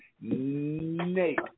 Nate